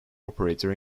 operator